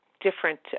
different